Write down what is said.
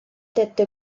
tetto